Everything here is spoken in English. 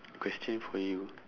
question for you